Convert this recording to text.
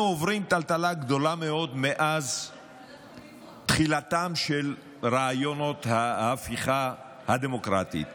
אנחנו עוברים טלטלה גדולה מאוד מאז תחילתם של רעיונות ההפיכה הדמוקרטית,